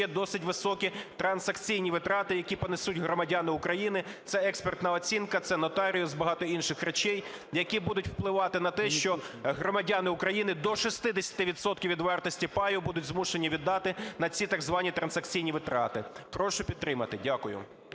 є досить високі трансакційні витрати, які понесуть громадяни України, це експертна оцінка, це нотаріус, багато інших речей, які будуть впливати на те, що громадяни України до 60 відсотків від вартості паю будуть змушені віддати на ці так звані трансакційні витрати. Прошу підтримати. Дякую.